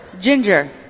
Ginger